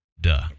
Duh